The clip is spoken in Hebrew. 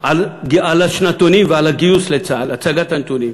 על השנתונים ועל הגיוס לצה"ל, הצגת הנתונים,